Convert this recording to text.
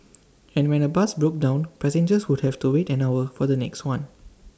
and when A bus broke down passengers would have to wait an hour for the next one